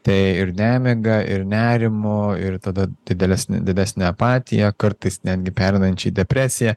tai ir nemiga ir nerimo ir tada didelesnė didesnė apatija kartais netgi pereinančią į depresiją